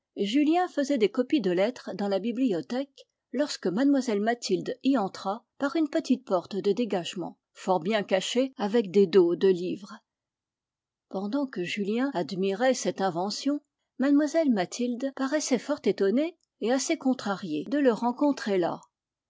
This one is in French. julien faisait des copies de lettres dans la bibliothèque lorsque mlle mathilde y entra par une petite porte de dégagement fort bien cachée avec des dos de livres pendant que julien admirait cette invention mlle mathilde paraissait fort étonnée et assez contrariée de le rencontrer là